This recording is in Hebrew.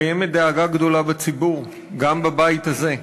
קיימת דאגה גדולה בציבור, גם בבית הזה.